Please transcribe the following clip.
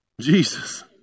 Jesus